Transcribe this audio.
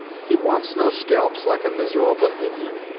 he wants no scalps, like a miserable indian,